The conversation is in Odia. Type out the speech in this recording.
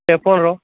ତେପନର